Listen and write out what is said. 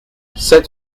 sept